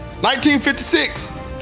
1956